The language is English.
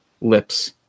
lips